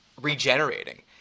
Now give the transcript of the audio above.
regenerating